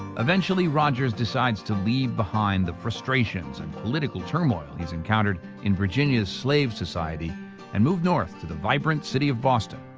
eventually, rogers decides to leave behind the frustrations and political turmoil he's encountered in virginia's slave society and moved north to the vibrant city of boston.